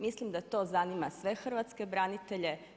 Mislim da to zanima sve hrvatske branitelje.